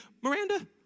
Miranda